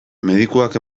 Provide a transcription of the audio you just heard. medikuak